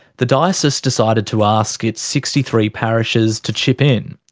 the diocese decided to ask its sixty three parishes to chip in.